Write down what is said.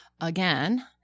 again